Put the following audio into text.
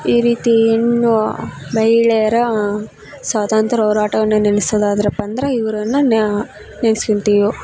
ಈ ರೀತಿ ಹೆಣ್ಣು ಮಹಿಳೆಯರ ಸ್ವಾತಂತ್ರ್ಯ ಹೋರಾಟವನ್ನು ನೆನ್ಸೊದಾದ್ರಪ್ಪಂದರ ಇವರನ್ನ ನೆನ್ಸ್ಕಳ್ತೀವೊ